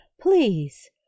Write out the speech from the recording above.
Please